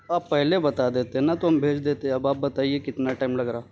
آپ پہلے بتا دیتے نا تو ہم بھیج دیتے اب آپ بتائیے کتنا ٹائم لگ رہا